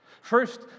First